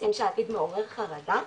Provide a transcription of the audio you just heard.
מוצאים שהעתיד מעורר חרדה,